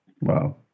Wow